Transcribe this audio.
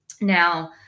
Now